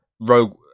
Rogue